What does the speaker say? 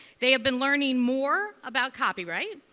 they have been learning more about copyright.